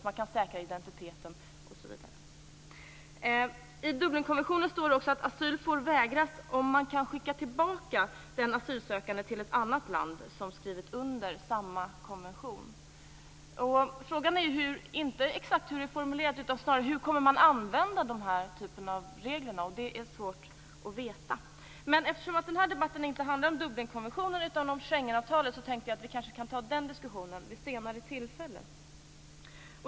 Man kan säkra identiteten, osv. I Dublinkonventionen står det också att asyl får vägras om man kan skicka tillbaka den asylsökande till ett annat land som skrivit under samma konvention. Frågan är inte hur bestämmelsen är formulerad, utan snarare hur man kommer att använda dessa regler. Det är svårt att veta. Eftersom denna debatt inte handlar om Dublinkonventionen utan om Schengenavtalet tänkte jag att vi kanske kan ta den diskussionen vid ett senare tillfälle.